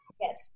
Yes